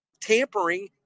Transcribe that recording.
Tampering